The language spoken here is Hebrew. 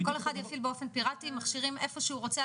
וכל אחד יפעיל באופן פיראטי מכשירים איפה שהוא רוצה?